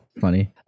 Funny